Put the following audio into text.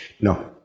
No